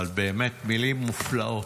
אבל באמת מילים מופלאות,